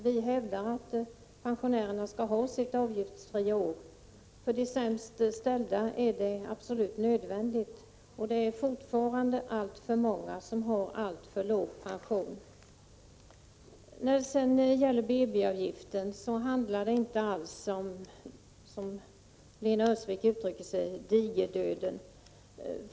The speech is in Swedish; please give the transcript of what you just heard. Vi hävdar att pensionärerna skall ha sitt avgiftsfria år. För de sämst ställda är det absolut nödvändigt. Det är fortfarande alltför många som har alltför låg pension. När det gäller BB-avgiften handlar det inte alls om, som Lena Öhrsvik uttryckte sig, digerdöden.